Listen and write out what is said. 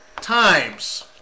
times